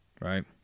Right